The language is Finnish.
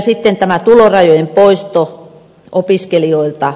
sitten tämä tulorajojen poisto opiskelijoilta